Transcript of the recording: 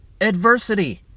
Adversity